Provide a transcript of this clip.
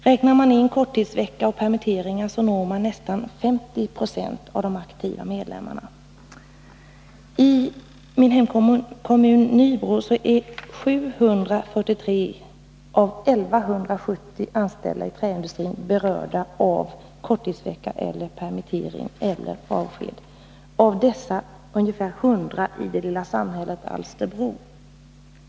Räknar man in korttidsvecka och permitteringar, så når man nästan 50 96 av de aktiva medlemmarna. I min hemkommun Nybro berörs 743 av 1170 anställda inom träindustrin av korttidsvecka, permitteringar eller avsked. Av dessa berörs ungefär 100 människor i det lilla samhället Alsterbro.